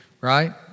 right